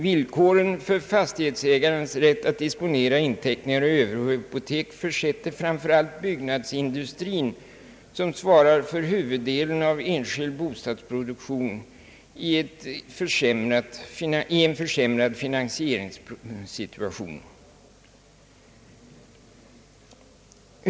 Villkoren för fastighetsägarens rätt att disponera inteckningar och överhypotek försätter framför allt byggnadsindustrin, som svarar för huvuddelen av enskild bostadsproduktion, i en försämrad finansieringssituation.